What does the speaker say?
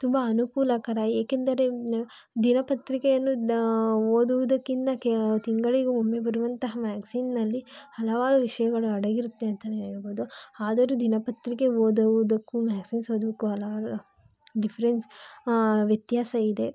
ತುಂಬ ಅನುಕೂಲಕರ ಏಕೆಂದರೆ ದಿನಪತ್ರಿಕೆಯನ್ನು ಓದುವುದಕ್ಕಿನ್ನ ತಿಂಗಳಿಗೊಮ್ಮೆ ಬರುವಂತಹ ಮ್ಯಾಗ್ಝಿನ್ನಲ್ಲಿ ಹಲವಾರು ವಿಷಯಗಳು ಅಡಗಿರುತ್ತೆ ಅಂತನೆ ಹೇಳ್ಬೋದು ಆದರೂ ದಿನಪತ್ರಿಕೆ ಓದುವುದಕ್ಕೂ ಮ್ಯಾಗ್ಝಿನ್ಸ್ ಓದೋಕ್ಕೂ ಹಲವಾರು ಡಿಫ್ರೆನ್ಸ್ ವ್ಯತ್ಯಾಸ ಇದೆ